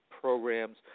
programs